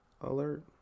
alert